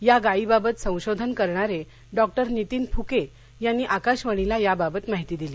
या गायीबाबत संशोधन करणारे डॉक्टर नीतीन फुके यांनी आकाशवाणीला याबाबत माहिती दिली